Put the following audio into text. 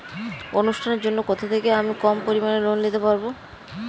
অনুষ্ঠানের জন্য কোথা থেকে আমি কম পরিমাণের লোন নিতে পারব?